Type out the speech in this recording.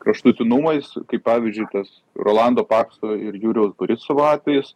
kraštutinumais kaip pavyzdžiui tas rolando pakso ir jurijaus borisovo atvejis